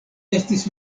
estis